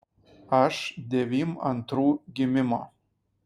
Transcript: aš devym antrų gimimo